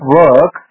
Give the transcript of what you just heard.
work